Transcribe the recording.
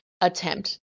attempt